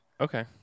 Okay